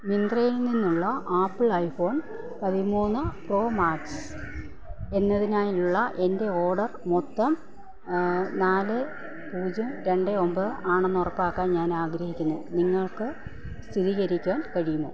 മിന്ത്രയിൽ നിന്നുള്ള Apple iPhone പതിമൂന്ന് പ്രോ മാക്സ് എന്നതിനായുള്ള എൻ്റെ ഓർഡർ മൊത്തം നാല് പൂജ്യം രണ്ട് ഒമ്പത് ആണെന്ന് ഉറപ്പാക്കാൻ ഞാൻ ആഗ്രഹിക്കുന്നു നിങ്ങൾക്ക് സ്ഥിരീകരിക്കാൻ കഴിയുമോ